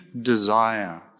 desire